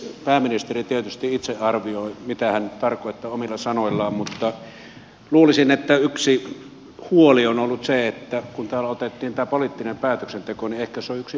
pääministeri tietysti itse arvioi mitä hän tarkoittaa omilla sanoillaan mutta luulisin että yksi huoli on ollut se kun täällä otettiin tämä poliittinen päätöksenteko niin ehkä se on yksi ongelma